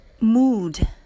Mood